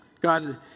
God